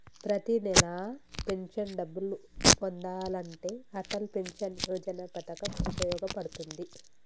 ప్రతి నెలా పెన్షన్ డబ్బులు పొందాలంటే అటల్ పెన్షన్ యోజన పథకం వుపయోగ పడుతుంది